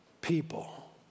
people